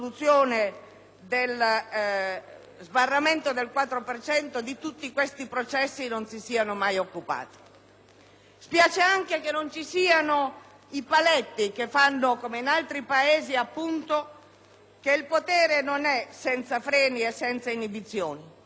Spiace altresì che non ci siano i paletti che fanno sì, come in altri Paesi, che il potere non sia senza freni e senza inibizioni, e che la maggioranza sia forte non solo dei numeri, ma quando rispetta le regole che si è data.